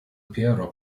piero